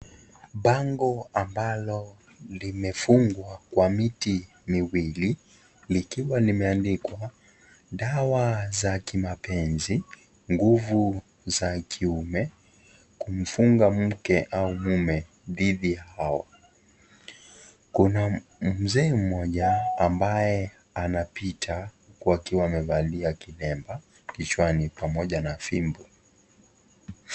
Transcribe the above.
Bango ambalo limefungwa kwa miti miwili, likiwa limeandikwa, dawa za kimapenzi, nguvu za kiume, kumfunga mke au mume, dithi yao, kuna mzee mmoja ambaye anapita akiwa amevalia kilemba, kichwani pamoja na fimbo.